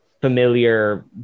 familiar